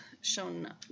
shown